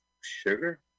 sugar